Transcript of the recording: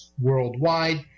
worldwide